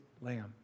Lamb